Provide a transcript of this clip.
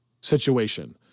situation